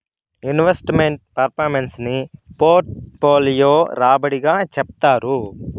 invest meant performance ని portfolio రాబడి గా చెప్తారు